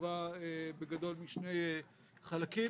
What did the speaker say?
הורכבה בגדול משני חלקים.